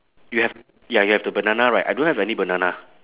you have ya you have the banana right I don't have any banana